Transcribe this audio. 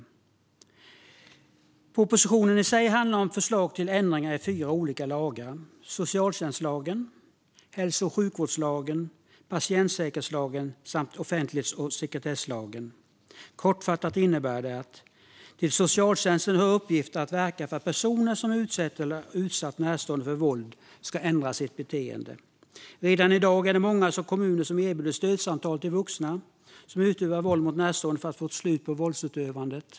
Propositionen handlar om förslag till ändringar i fyra olika lagar: socialtjänstlagen, hälso och sjukvårdslagen, patientsäkerhetslagen samt offentlighets och sekretesslagen. Jag ska kortfattat ta upp vad det innebär. Till socialtjänstens uppgifter ska höra att verka för att personer som utsätter eller har utsatt närstående för våld ska ändra sitt beteende. Redan i dag är det många kommuner som erbjuder stödsamtal till vuxna som utövar våld mot närstående för att få ett slut på våldsutövandet.